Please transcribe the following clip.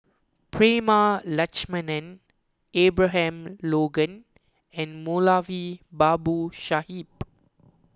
Prema Letchumanan Abraham Logan and Moulavi Babu Sahib